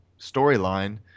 storyline